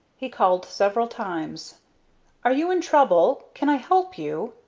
he called several times are you in trouble? can i help you?